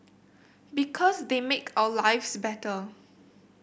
because they make our lives better